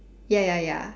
ya ya ya